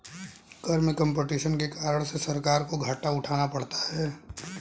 कर में कम्पटीशन के कारण से सरकार को घाटा उठाना पड़ता है